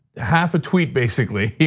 half a tweet basically,